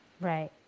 Right